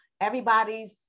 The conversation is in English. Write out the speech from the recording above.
everybody's